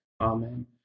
Amen